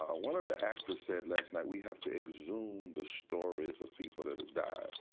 ah one of the actors said last night we have to exhume the stories of people that have died.